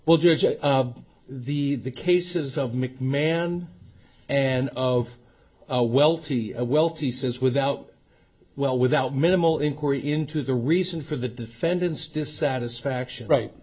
well judge the the cases of mcmahon and of a wealthy wealthy says without well without minimal inquiry into the reason for the defendant's dissatisfaction right